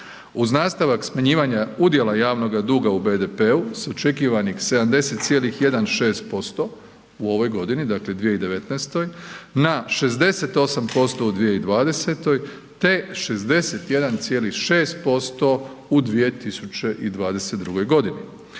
uz nastavak smanjivanja udjela javnoga duga u BDP-u s očekivanih 70,16% u ovoj godini dakle 2019. na 68% u 2020. te 61,6% u 2022. godini.